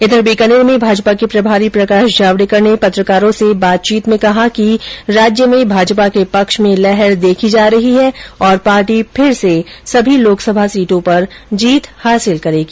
वहीं बीकानेर में भाजपा के प्रभारी प्रकाश जावडेकर ने पत्रकारों से बातचीत में कहा कि राज्य में भाजपा के पक्ष में लहर देखी जा रही है और पार्टी फिर से सभी लोकसभा सीटों पर जीत हासिल करेगी